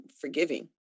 forgiving